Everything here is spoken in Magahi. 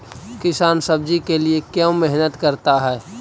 किसान सब्जी के लिए क्यों मेहनत करता है?